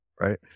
right